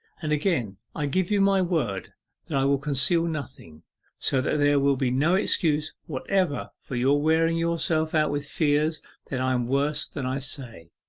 and again i give you my word that i will conceal nothing so that there will be no excuse whatever for your wearing yourself out with fears that i am worse than i say.